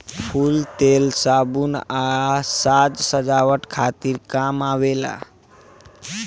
फूल तेल, साबुन आ साज सजावट खातिर काम आवेला